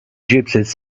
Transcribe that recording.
gypsies